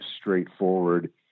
straightforward